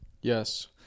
Yes